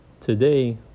today